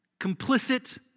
complicit